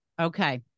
Okay